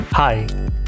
Hi